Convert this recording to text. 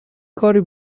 کاری